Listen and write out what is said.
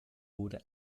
wurde